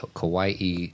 Kauai